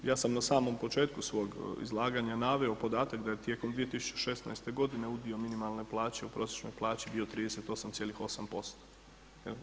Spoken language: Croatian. Ja sam na samom početku svog izlaganja naveo podatak da je tijekom 2016. godine udio minimalne plaće u prosječnoj plaći bio 38,8%